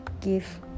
Give